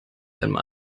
einmal